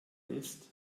ist